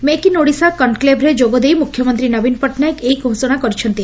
make in Odisha କନ୍କ୍କେଭ୍ରେ ଯୋଗ ଦେଇ ମୁଖ୍ୟମନ୍ତୀ ନବୀନ ପଟ୍ଟନାୟକ ଏହି ଘୋଷଣା କରିଛନ୍ତି